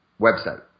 website